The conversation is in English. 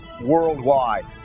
worldwide